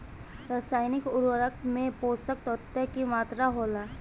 रसायनिक उर्वरक में पोषक तत्व की मात्रा होला?